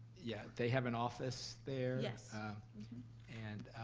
yeah, they have an office there. yeah and